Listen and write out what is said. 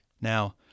Now